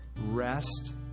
rest